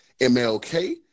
MLK